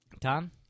Tom